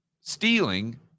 stealing